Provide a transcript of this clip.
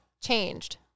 changed